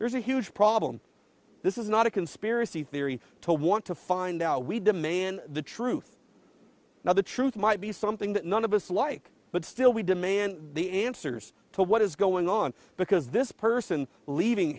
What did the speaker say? there's a huge problem this is not a conspiracy theory to want to find out we demand the truth now the truth might be something that none of us like but still we demand the answers to what is going on because this person leaving